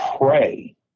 pray